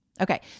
Okay